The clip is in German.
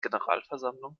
generalversammlung